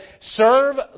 serve